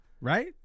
right